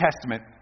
Testament